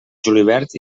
julivert